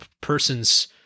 person's